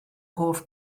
hoff